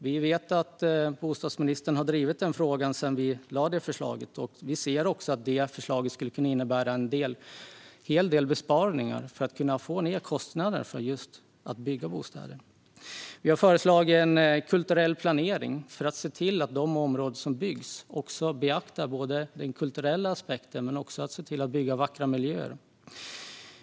Vi vet att bostadsministern har drivit denna fråga sedan vi lade fram detta förslag. Vi ser också att detta förslag skulle kunna innebära en hel del besparingar för att få ned kostnaderna för att bygga bostäder. Vi har föreslagit en kulturell planering för att man ska se till att den kulturella aspekten beaktas och att vackra miljöer skapas när områden byggs.